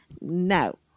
No